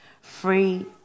free